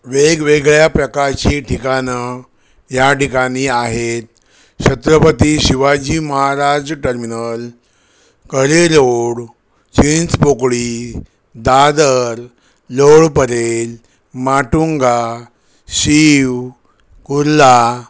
वेगवेगळ्या प्रकारची ठिकाणं या ठिकाणी आहेत Chhatrapati Shivaji Maharaj terminal Currey road Chinchpokli Dadar lower Parel Matunga Shiv Kurla